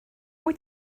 wyt